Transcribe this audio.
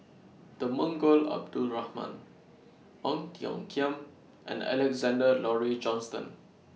Temenggong Abdul Rahman Ong Tiong Khiam and Alexander Laurie Johnston